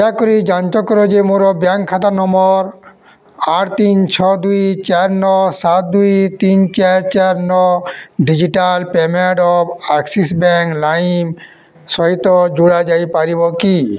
ଦୟାକରି ଯାଞ୍ଚ କର ଯେ ମୋର ବ୍ୟାଙ୍କ୍ ଖାତା ନମ୍ବର୍ ଆଠ ତିନି ଛଅ ଦୁଇ ଚାରି ନଅ ସାତ ଦୁଇ ତିନି ଚାରି ଚାରି ନଅ digital payment app Axis Bank Lime ସହିତ ଯୋଡ଼ା ଯାଇପାରିବ କି